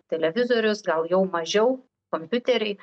televizorius gal jau mažiau kompiuteriai